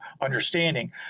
understanding